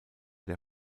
der